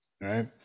right